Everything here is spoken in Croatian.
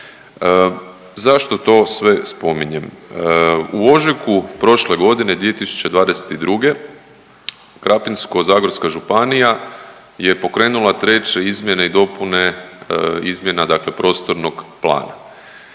Zašto to sve spominjem? U ožujku prošle godine 2022. Krapinsko-zagorska županija je pokrenula treće izmjene i dopune izmjena prostornog plana.